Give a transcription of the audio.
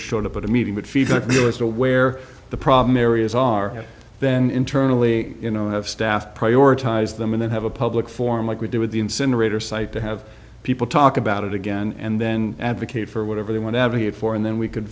showed up at a meeting would feed us to where the problem areas are then internally you know have staff prioritize them and then have a public forum like we did with the incinerator site to have people talk about it again and then advocate for whatever they want to advocate for and then we could